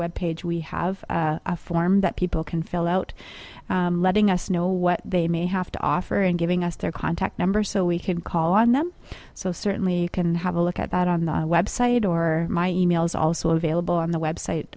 web page we have a form that people can fill out letting us know what they may have to offer and giving us their contact number so we can call on them so certainly you can have a look at that on the web site or my e mail is also available on the web site